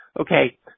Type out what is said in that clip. okay